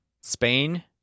Spain